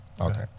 Okay